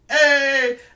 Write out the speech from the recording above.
hey